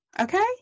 Okay